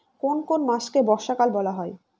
কোন কোন মাসকে বর্ষাকাল বলা হয়?